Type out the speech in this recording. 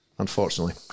Unfortunately